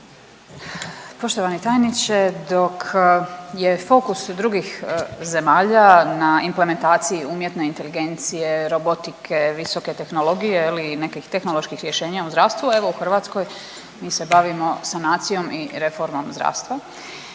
Poštovani tajniče, dok je fokus drugih zemalja na implementaciji umjetne inteligencije, robotike, visoke tehnologije i nekih tehnoloških rješenja u zdravstvu evo u Hrvatskoj mi se bavimo sanacijom i reformom zdravstva.